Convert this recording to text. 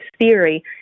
theory